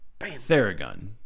theragun